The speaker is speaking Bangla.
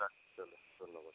রাখি তালে ধন্যবাদ